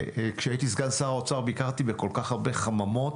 כשהייתי סגן שר האוצר ביקרתי בכל כך הרבה חממות